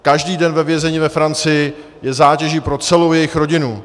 Každý den ve vězení ve Francii je zátěží pro celou jejich rodinu.